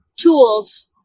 tools